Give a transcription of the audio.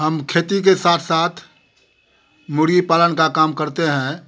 हम खेती के साथ साथ मुर्ग़ी पालन का काम करते हैं